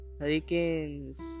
Hurricanes